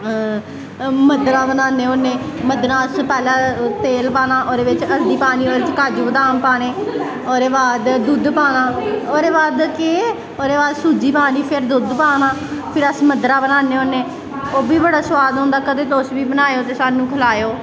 मध्दरा बनान्ने होन्ने मध्दरा पैह्लैं अस तेल पाना ओह्दे च हल्ची पानी ओह्दे च काजू बदाम पाने ओह्दे बाद दुध्द पाना ओह्दे बाद केह् ओह्दे बाद सूज्जी पानी ओह्दे बाद दुध्द पाना फिर अस मध्दरा बनान्ने होन्ने ओह्बी बड़ा सुआद होंदा कदें तुस बी बनायो ते स्हानू खलायो